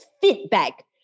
feedback